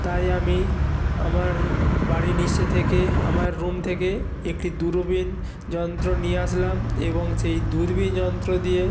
তাই আমি আমার বাড়ির নিচে থেকে আমার রুম থেকে একটি দূরবিন যন্ত্র নিয়ে আসলাম এবং সেই দূরবিন যন্ত্র দিয়ে